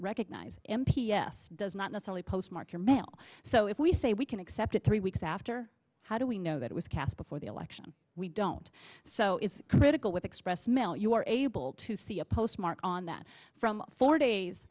recognise m p s does not necessarily postmark your mail so if we say we can accept it three weeks after how do we know that it was cast before the election we don't so it's critical with express mail you are able to see a postmark on that from four days